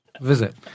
visit